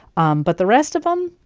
um but the rest of them.